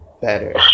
better